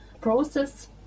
process